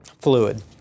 fluid